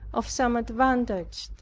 of some advantage